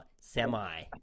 semi